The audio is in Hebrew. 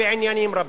בעניינים רבים.